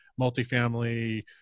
multifamily